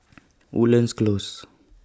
Woodlands Close